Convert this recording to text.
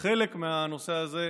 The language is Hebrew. כחלק מהנושא הזה,